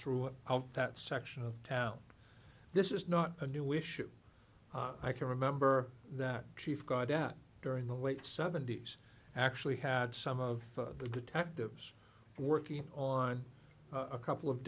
through that section of town this is not a new issue i can remember that chief godat during the late seventy's actually had some of the detectives working on a couple of